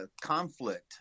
conflict